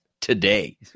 today